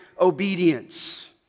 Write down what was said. obedience